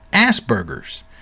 Asperger's